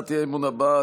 הצעת האי-אמון הבאה,